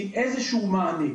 כאיזה שהוא מענה.